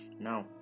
Now